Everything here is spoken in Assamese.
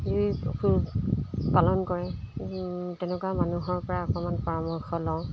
যি পশুপালন কৰে তেনেকুৱা মানুহৰ পৰা অকণমান পৰামৰ্শ লওঁ